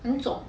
很肿